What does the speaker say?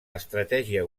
estratègia